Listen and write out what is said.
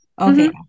Okay